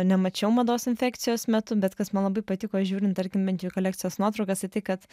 nemačiau mados infekcijos metu bet kas man labai patiko žiūrint tarkim bent jau į kolekcijos nuotraukas tai tai kad